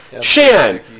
Shan